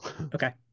Okay